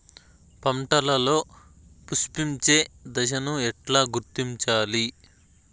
పంటలలో పుష్పించే దశను ఎట్లా గుర్తించాలి?